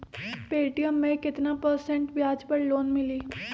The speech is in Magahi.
पे.टी.एम मे केतना परसेंट ब्याज पर लोन मिली?